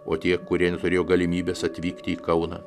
o tie kurie neturėjo galimybės atvykti į kauną